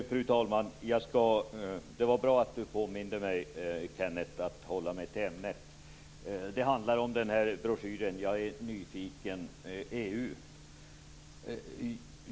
Fru talman! Det var bra att Kenneth Kvist påminde mig om att jag skall hålla mig till ämnet. Det handlar om broschyren Jag är nyfiken EU.